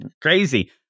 crazy